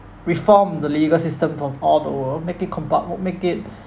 reform the legal system for all of the world make it compul~ uh make it